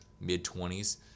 mid-20s